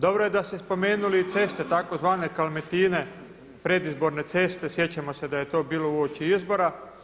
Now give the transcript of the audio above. Dobro je da ste spomenuli ceste tzv. kalmetine predizborne ceste, sjećamo se da je to bilo uoči izbora.